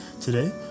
today